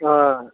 हाँ